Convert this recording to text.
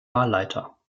wahlleiter